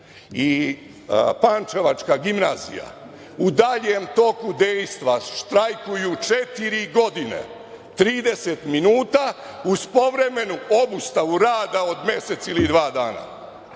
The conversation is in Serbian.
i pančevačka gimnazija u daljem toku dejstva štrajkuju četiri godine, 30 minuta, uz povremenu obustavu rada od mesec ili dva dana.